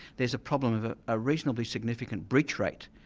there's a problem of ah a reasonably significant breach rate,